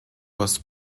was